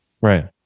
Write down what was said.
Right